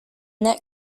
that